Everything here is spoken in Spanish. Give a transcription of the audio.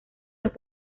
los